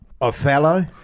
Othello